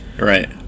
Right